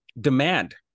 demand